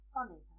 Funny